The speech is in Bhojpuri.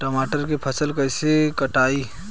टमाटर के फ़सल कैसे बढ़ाई?